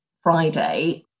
Friday